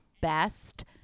Best